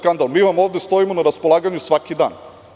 Mi vam ovde stojimo na raspolaganju svaki dan.